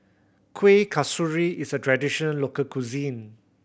Kuih Kasturi is a traditional local cuisine